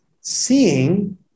seeing